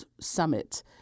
Summit